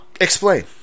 Explain